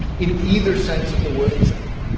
in either sense of the word accept.